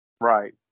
Right